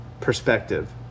perspective